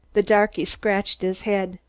the darky scratched his head.